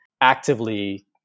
actively